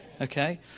Okay